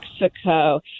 Mexico